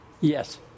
Yes